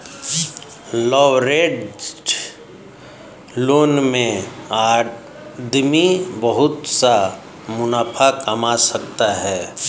leveraged loan में आदमी बहुत सा मुनाफा कमा सकता है